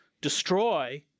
destroy